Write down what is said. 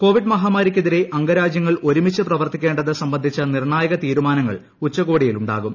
Covid മഹാമാരിക്കെതിരെ അംഗരാജ്യങ്ങൾ ഒരുമിച്ച് പ്രവർത്തിക്കേണ്ടത് സംബന്ധിച്ച നിർണ്ണായക തീരുമാനങ്ങൾ ഉച്ചകോടിയിൽ നടന്നു